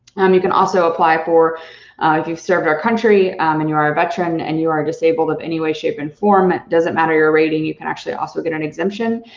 um you can also apply for, if you've served our country and you are a veteran and you are disabled in any way shape and form, it doesn't matter your rating, you can actually also get an exemption.